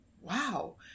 wow